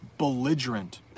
belligerent